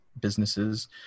businesses